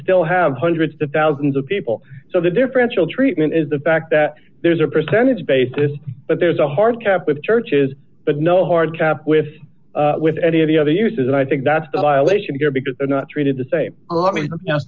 still have hundreds of thousands of people so the differential treatment is the fact that there's a percentage basis but there's a hard cap with churches but no hard cap with with any of the other uses and i think that's the violation here because they're not treated the same